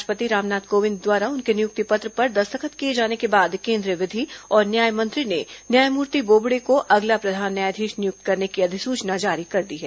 राष्ट्र पति रामनाथ कोविंद द्वारा उनके नियुक्ति पत्र पर दस्तखत किये जाने के बाद केंद्रीय विधि और न्याय मंत्री ने न्यायमूर्ति बोबडे को अगला प्रधान न्यायधीश नियुक्त करने की अधिसूचना जारी कर दी है